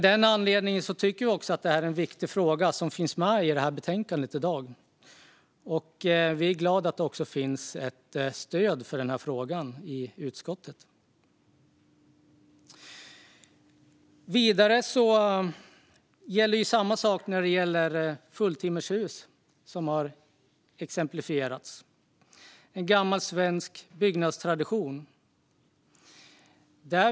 Av den anledningen behandlas denna viktiga fråga i betänkandet i dag. Vi är också glada för att det finns stöd för frågan i utskottet. Samma sak gäller för fulltimmerhus, som vi har hört exempel på. Det är en gammal svensk byggnadstradition.